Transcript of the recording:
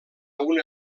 una